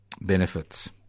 benefits